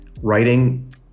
writing